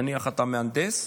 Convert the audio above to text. נניח שאתה מהנדס,